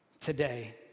today